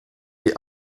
die